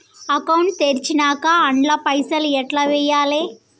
Account తెరిచినాక అండ్ల పైసల్ ఎట్ల వేయాలే?